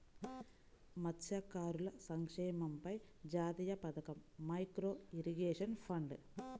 మత్స్యకారుల సంక్షేమంపై జాతీయ పథకం, మైక్రో ఇరిగేషన్ ఫండ్